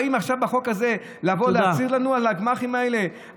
אתם באים עכשיו בחוק הזה לבוא להצהיר לנו על הגמ"חים האלה?